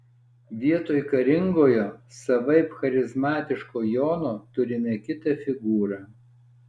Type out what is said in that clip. vietoj karingojo savaip charizmatiško jono turime kitą figūrą